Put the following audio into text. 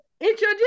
introduce